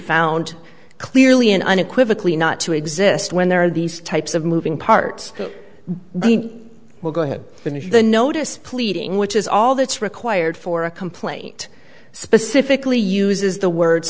found clearly and unequivocally not to exist when there are these types of moving parts will go ahead and if the notice pleading which is all that's required for a complaint specifically uses the words